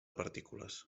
partícules